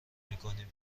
میکنیم